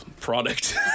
product